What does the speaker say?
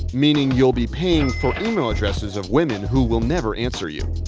meaning you'll be paying for email addresses of women who will never answer you.